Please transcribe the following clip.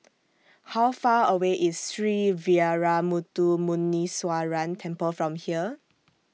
How Far away IS Sree Veeramuthu Muneeswaran Temple from here